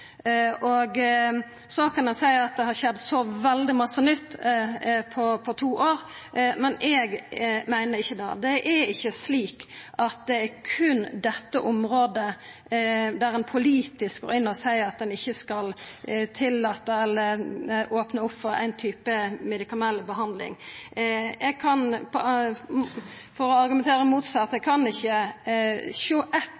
at det har skjedd veldig masse nytt på to år, men eg meiner ikkje det. Det er ikkje slik at det er berre på dette området ein politisk går inn og seier at ein ikkje skal tillata eller opna opp for ein type medikamentell behandling. For å argumentera motsett: Eg kan